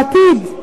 בעתיד,